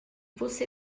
você